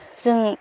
जों